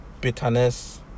bitterness